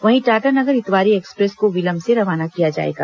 वहीं टाटानगर इतवारी एक्सप्रेस को विलंब से रवाना किया जाएगा